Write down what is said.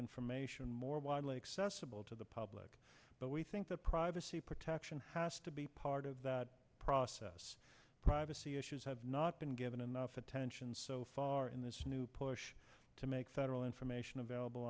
information more widely accessible to the public but we think that privacy protection has to be part of that process privacy issues have not been given enough attention so far in this new push to make federal information available